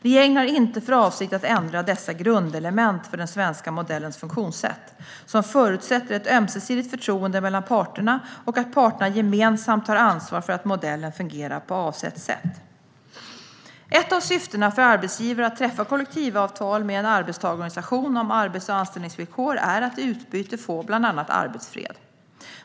Regeringen har inte för avsikt att ändra dessa grundelement för den svenska modellens funktionssätt, som förutsätter ett ömsesidigt förtroende mellan parterna och att parterna gemensamt tar ansvar för att modellen fungerar på avsett sätt. Ett av syftena för arbetsgivare med att träffa kollektivavtal med en arbetstagarorganisation om arbets och anställningsvillkor är att i utbyte få bland annat arbetsfred.